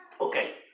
Okay